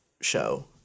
show